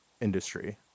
industry